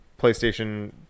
PlayStation